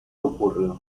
ocurrió